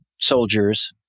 Soldiers